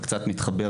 וקצת מתחבר